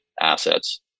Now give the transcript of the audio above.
assets